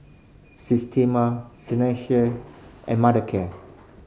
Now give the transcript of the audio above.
Systema Seinheiser and Mothercare